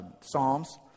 psalms